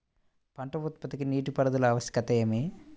పంట ఉత్పత్తికి నీటిపారుదల ఆవశ్యకత ఏమి?